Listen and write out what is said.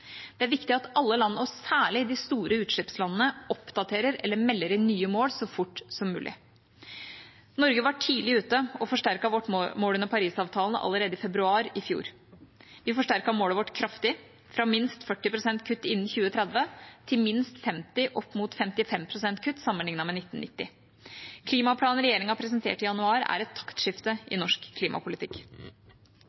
Det er viktig at alle land, og særlig de store utslippslandene, oppdaterer eller melder inn nye mål så fort som mulig. Norge var tidlig ute og forsterket vårt mål under Parisavtalen allerede i februar i fjor. Vi forsterket målet vårt mål kraftig, fra minst 40 pst. kutt innen 2030 til minst 50–55 pst. kutt sammenlignet med 1990. Klimaplanen regjeringa presenterte i januar, er et taktskifte i